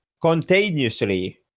continuously